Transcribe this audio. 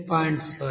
7